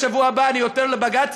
בשבוע הבא אני עותר לבג"ץ,